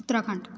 Uttarakhand